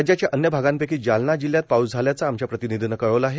राज्याच्या अन्य भागांपैकी जालना जिल्ह्यात पाऊस झाल्याचं आमच्या प्रतिनिधीने कळवलं आहे